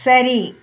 சரி